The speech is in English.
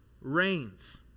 reigns